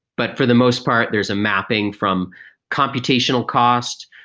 but for the most part, there is a mapping from computational cost,